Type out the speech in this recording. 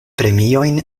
premiojn